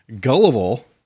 gullible